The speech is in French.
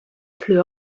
pleut